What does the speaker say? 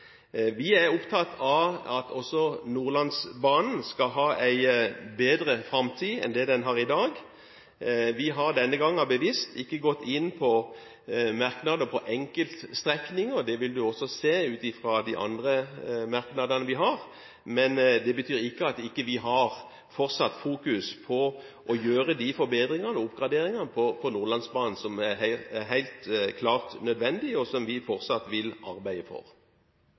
Vi er opptatt av at også Nordlandsbanen skal ha en bedre framtid enn den har i dag. Vi har denne gangen bevisst ikke gått inn på enkeltstrekninger i merknadene, det vil en også se ut fra de andre merknadene våre, men det betyr ikke at vi ikke har fortsatt fokus på å gjøre de forbedringene og oppgraderingene på Nordlandsbanen som helt klart er nødvendige, og som vi fortsatt vil arbeide for.